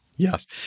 Yes